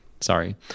sorry